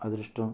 అదృష్టం